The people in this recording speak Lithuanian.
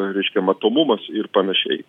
reiškia matomumas ir panašiai